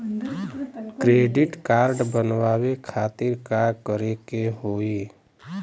Credit card बनवावे खातिर का करे के होई?